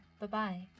Bye-bye